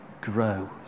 grow